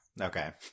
Okay